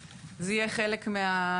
אבל זה התחלה שלוש זה יותר מאפס.